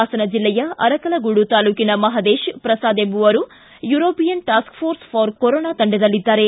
ಹಾಸನ ಜಿಲ್ಲೆಯ ಅರಕಲಗೂಡು ತಾಲೂಕಿನ ಮಹದೇಶ್ ಪ್ರಸಾದ್ ಎಂಬವರು ಯುರೋಪಿಯನ್ ಟಾಸ್ಕಪೋರ್ಸ್ ಫಾರ್ ಕೊರೊನಾ ತಂಡದಲ್ಲಿದ್ದಾರೆ